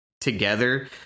together